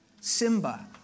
Simba